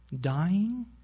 dying